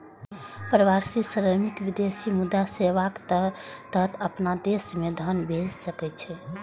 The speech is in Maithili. प्रवासी श्रमिक विदेशी मुद्रा सेवाक तहत अपना देश मे धन भेज सकै छै